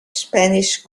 spanish